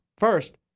First